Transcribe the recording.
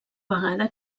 vegada